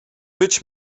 być